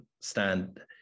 stand